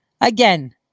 again